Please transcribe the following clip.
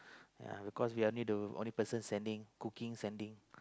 because we all need to only person standing cooking standing